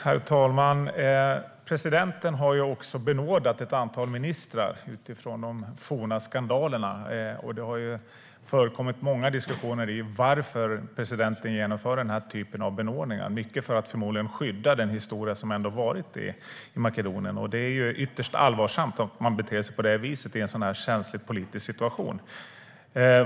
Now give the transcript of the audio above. Herr talman! Presidenten har också benådat ett antal ministrar utifrån de forna skandalerna. Det har förekommit många diskussioner om varför presidenten genomför denna typ av benådningar. Det gör han förmodligen till stor del för att skydda den historia som har varit i Makedonien. Det är ytterst allvarligt att man beter sig på det viset i en så känslig politisk situation.